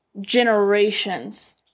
generations